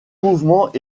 mouvement